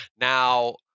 Now